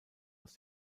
aus